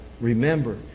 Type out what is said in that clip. Remember